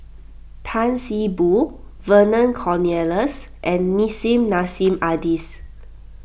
Tan See Boo Vernon Cornelius and Nissim Nassim Adis